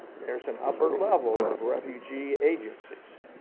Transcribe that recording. there's an upper level of refugee agencies.